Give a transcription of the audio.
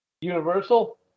Universal